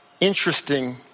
interesting